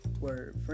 word